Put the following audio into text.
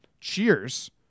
cheers